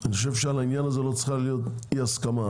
אני חושב שעל העניין הזה לא צריכה להיות אי הסכמה,